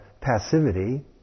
passivity